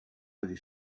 avait